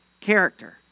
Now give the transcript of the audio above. character